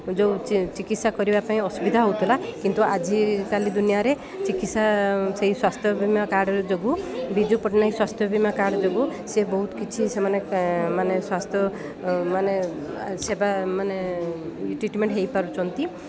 ଯୋଉ ଚିକିତ୍ସା କରିବା ପାଇଁ ଅସୁବିଧା ହେଉଥିଲା କିନ୍ତୁ ଆଜିକାଲି ଦୁନିଆରେ ଚିକିତ୍ସା ସେଇ ସ୍ୱାସ୍ଥ୍ୟ ବୀମା କାର୍ଡ୍ ଯୋଗୁଁ ବିଜୁ ପଟ୍ଟନାୟକ ସ୍ୱାସ୍ଥ୍ୟ ବୀମା କାର୍ଡ୍ ଯୋଗୁଁ ସେ ବହୁତ କିଛି ସେମାନେ ମାନେ ସ୍ୱାସ୍ଥ୍ୟ ମାନେ ସେବା ମାନେ ଟ୍ରିଟମେଣ୍ଟ ହୋଇପାରୁଛନ୍ତି